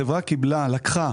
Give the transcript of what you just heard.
החברה לקחה